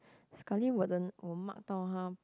sekali wasn't 我 mark 到它